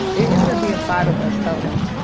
it ended up being five of us total.